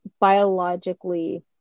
biologically